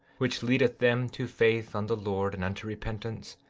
which leadeth them to faith on the lord, and unto repentance,